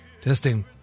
Testing